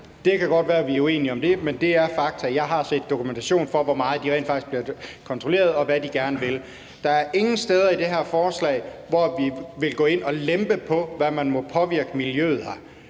Det kan godt være, vi er uenige om det, men det er fakta. Jeg har set dokumentation for, hvor meget de rent faktisk bliver kontrolleret, og hvad de gerne vil. Der er ingen steder i det her forslag, hvor vi vil gå ind at lempe på, hvordan man må påvirke miljøet her.